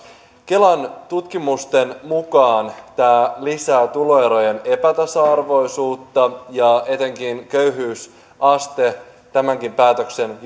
kelan tutkimusten mukaan tämä lisää tuloerojen epätasa arvoisuutta ja etenkin köyhyysaste tämänkin päätöksen